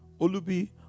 Olubi